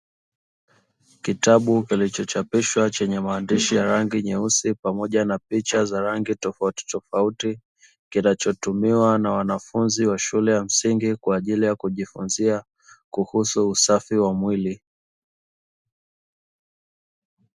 Kitabu kilichochapishwa chenye maandishi ya rangi nyeusi pamoja na picha za rangi tofautitofauti, kinachotumiwa na wanafunzi wa shule ya msingi kwa ajili ya kujifunzia kuhusu usafi wa mwili.